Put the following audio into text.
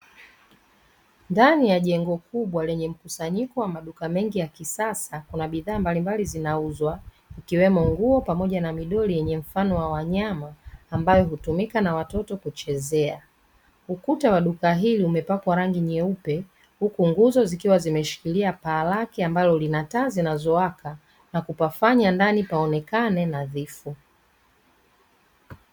Ndani ya jengo kubwa lenye mkusanyiko wa maduka mengi ya kisasa, kuna bidhaa mbalimbali zinauzwa, ikiwemo nguo pamoja na midoli yenye mfano ya wanyama ambayo hutumika na watoto kuchezea. Ukuta wa duka hili umepakwa rangi nyeupe, huku nguzo zikiwa zimeshikilia paa lake ambalo lina taa zinazowaka na kupafanya ndani paonekane nadhifu.